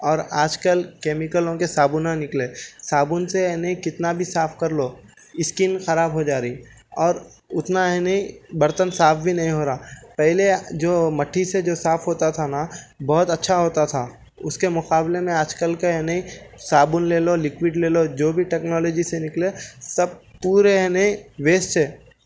اور آج کل کیمیکلوں کے صابن نکلے صابن سے یعنی کتنا بھی صاف کر لو اسکن خراب ہو جا رہی اور اتنا ہے نہیں برتن صاف بھی نہیں ہو رہا پہلے جو مٹی سے جو صاف ہوتا تھا نا بہت اچھا ہوتا تھا اس کے مقابلے میں آج کل کے ہے نہیں صابن لے لو لکوِڈ لے لو جو بھی ٹکنالوجی سے نکلے سب پورے ہے نہیں ویسٹ ہے